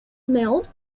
mailed